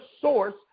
source